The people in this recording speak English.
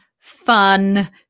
Fun